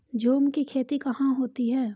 झूम की खेती कहाँ होती है?